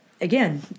again